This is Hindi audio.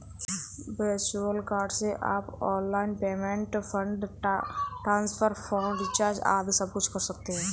वर्चुअल कार्ड से आप online payment, fund transfer, phone recharge आदि सबकुछ कर सकते हैं